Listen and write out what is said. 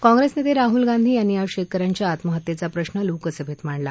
काँग्रेस नेते राहल गांधी यांनी आज शेतक यांच्या आत्महत्येचा प्रश्न लोकसभेत मांडला